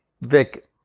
Vic